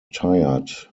tired